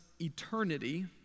eternity